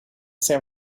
san